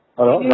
Hello